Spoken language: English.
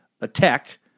attack